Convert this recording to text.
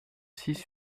six